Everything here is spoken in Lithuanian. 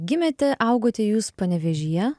gimėte augote jūs panevėžyje